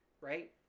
right